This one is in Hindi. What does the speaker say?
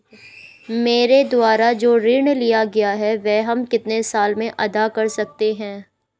मेरे द्वारा जो ऋण लिया गया है वह हम कितने साल में अदा कर सकते हैं?